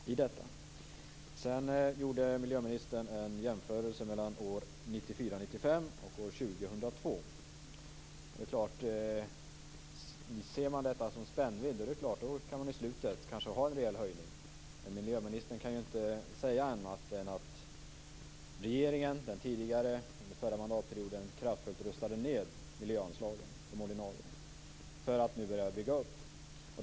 Miljöministern gjorde en jämförelse mellan åren 1994-1995 och år 2002. Det är klart att om man ser detta som en spännvidd kan beslutet innebära en reell höjning. Men miljöministern kan inte säga annat än att regeringen under den förra mandatperioden kraftigt rustade ned de ordinarie miljöanslagen, och nu har man börjat att bygga ut dem.